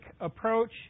approach